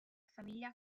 famiglia